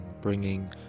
bringing